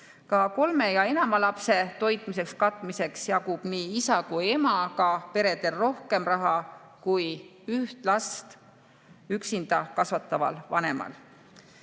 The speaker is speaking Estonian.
Ka kolme ja enama lapse toitmiseks-katmiseks jagub nii isa kui ka emaga peredel rohkem raha kui üht last üksinda kasvataval vanemal.